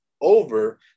over